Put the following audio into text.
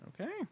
Okay